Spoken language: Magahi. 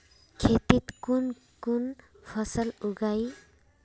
खेतीत कुन कुन फसल उगेई?